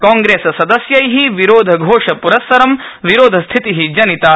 कांग्रेससदस्यै विरोधघोषप्रस्सरं विरोध स्थिति जनिता